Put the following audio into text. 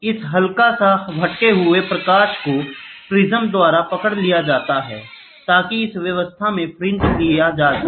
इस हल्का से भटके हुआ प्रकाश को दूसरे प्रिज्म द्वारा पकड़ लिया जाता है ताकि इस व्यवस्था में फ्रिंज लिया जा सके